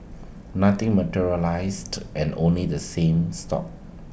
nothing materialised and only the same stuck